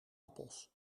appels